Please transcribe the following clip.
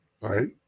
Right